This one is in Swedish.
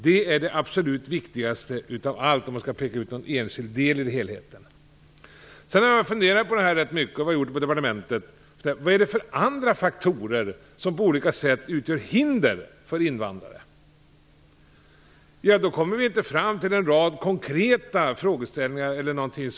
Det är det viktigaste av allt, om man skall peka ut någon enskild del i helheten. Jag och departementet har funderat rätt mycket på vad det finns för andra faktorer som på olika sätt utgör hinder för invandrare. Vi har inte kommit fram till en rad konkreta frågeställningar eller områden.